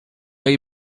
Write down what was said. jej